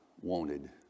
wanted